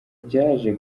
byaje